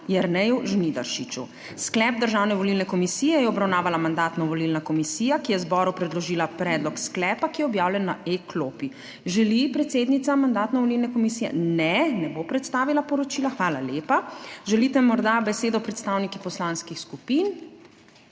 Jerneju Žnidaršiču. Sklep Državne volilne komisije je obravnavala Mandatno-volilna komisija, ki je zboru predložila predlog sklepa, ki je objavljen na e-klopi. Želi predsednica Mandatno-volilne komisije? Ne, ne bo predstavila poročila. Hvala lepa. Želite morda besedo predstavniki poslanskih skupin?